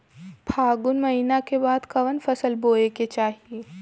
फागुन महीना के बाद कवन फसल बोए के चाही?